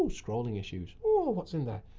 scrolling issues. oh, what's in there?